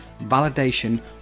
validation